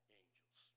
angels